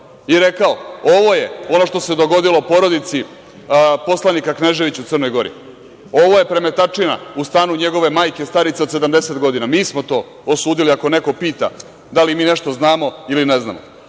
i rekao - ovo je ono što se dogodilo porodici poslanika Kneževića u Crnoj Gori, ovo je premetačina u stanu njegove majke, starice od 70 godina. Mi smo to osudili, ako neko pita, da li mi nešto znamo ili ne znamo.A